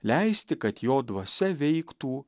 leisti kad jo dvasia veiktų